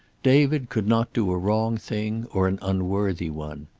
david could not do a wrong thing, or an unworthy one.